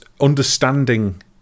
understanding